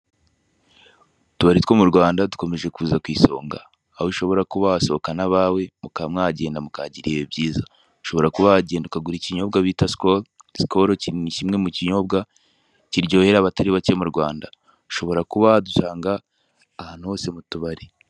Utubari two mu Rwanda dukomeje kuza ku isonga aho ushobora kuba wasohokana abawe mukaba mwagenda mukahagirira ibihe byiza. Ushobora kuba wagenda ukagura n'ikinyobwa bita sikoro, sikoro ni kimwe mu kinyobwa kiryohera abatari bake mu Rwanda ushobora kuba wadusanga ahantu hose mu tubari.